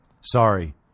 sorry